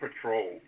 patrol